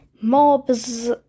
Mobs